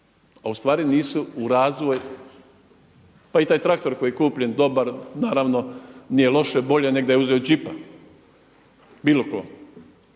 a u stvari nisu u razvoj, pa i taj traktor koji je kupljen dobar, naravno, nije loše, bolje nego da je uzeo đipa, bilo tko.